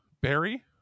Barry